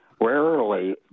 Rarely